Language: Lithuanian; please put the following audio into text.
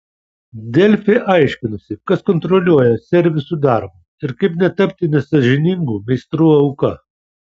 delfi aiškinosi kas kontroliuoja servisų darbą ir kaip netapti nesąžiningų meistrų auka